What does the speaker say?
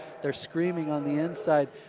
they're screaming on the inside,